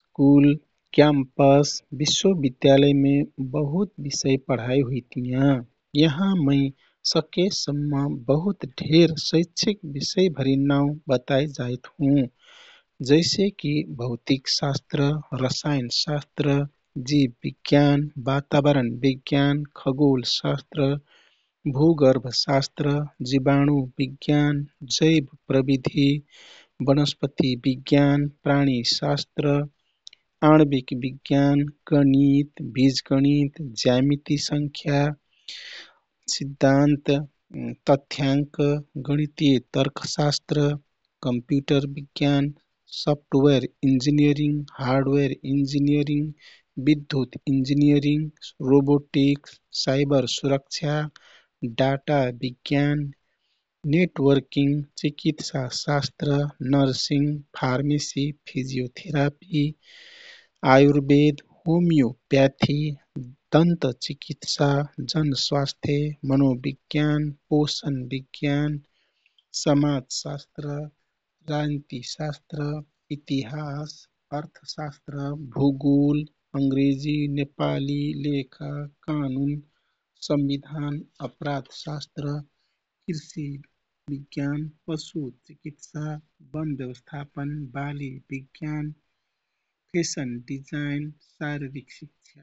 School, campus, विश्व विद्यालयमे बहुत विषय पढाइ हुइतियाँ। यहाँ मै सकेसम्म बहुत ढेर शैक्षिक विषय भरिन नाउ बताइ जाइत हुँ। जैसेकिः भौतिकशास्त्र, रसायनशास्त्र, जीव विज्ञान, वातावरण विज्ञान, खगोलशास्त्र, भूगर्भशास्त्र, जीवाणु विज्ञान, जैव प्रविधि, वनस्पति विज्ञान, प्राणीशास्त्र, आणविक विज्ञान, गणित, वीजगणित, ज्यामिति संख्या सिद्धान्त, तथ्याङ्क, गणितिय तर्कशास्त्र, कम्प्युटर विज्ञान, सफ्टवेयर इन्जिनियरिङ, हार्डवेयर इन्जिनियरिङ, विद्युत इन्जिनियरिङ, रोबोटिकस, साइबर सुरक्षा, डाटा विज्ञान, नेटवर्किङ, चिकित्साशास्त्र, nursing pharmacy, physiotherapy, Ayurveda, homeopathy, दन्द चिकित्सा, जनस्वास्थ्य, मनोविज्ञान, पोषण विज्ञान, समाजशास्त्र, राजनितिशास्त्र, इतिहास, अर्थशास्त्र, भूगोल, अङ्ग्रेजी, नेपाली, लेखा, कानुन, संविधान, अपराधशास्त्र, कृषि विज्ञान, पशु चिकित्सा, वन व्यवस्थापन, बाली विज्ञान, फेसन डिजाइन, शारीरिक शिक्षा।